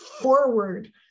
forward